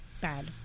Bad